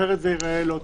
אחרת זה ייראה לא טוב.